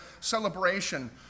celebration